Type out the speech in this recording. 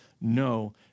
no